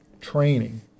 training